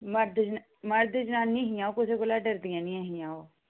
मर्द मर्द जनानियां हियां ओह् कुसै कोला डरदियां नेई ंहियां ओह्